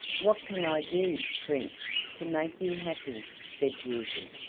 what can i do, prince, to make you happy? said beauty.